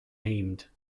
named